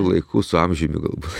laiku su amžiumi galbūt